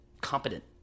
competent